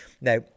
Now